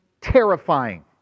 terrifying